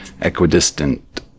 equidistant